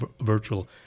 virtual